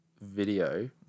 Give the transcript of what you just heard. video